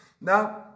Now